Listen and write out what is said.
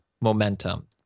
momentum